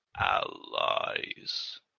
allies